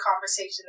conversation